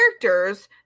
characters